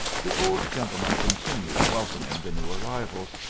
the old gentleman continued welcoming the new arrivals,